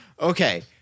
Okay